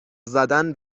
زدن